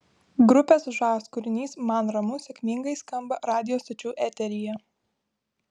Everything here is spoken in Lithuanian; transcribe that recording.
grupės žas kūrinys man ramu sėkmingai skamba radijo stočių eteryje